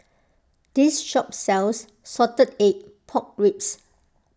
this shop sells Salted Egg Pork Ribs